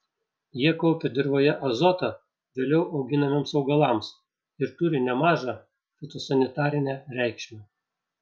jie kaupia dirvoje azotą vėliau auginamiems augalams ir turi nemažą fitosanitarinę reikšmę